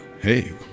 hey